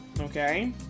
okay